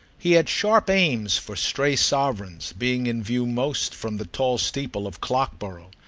he had sharp aims for stray sovereigns, being in view most from the tall steeple of clockborough.